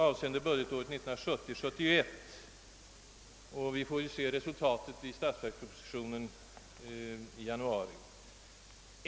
Resultatet härav får vi väl se i statsverkspropositionen i januari.